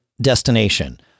destination